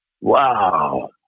Wow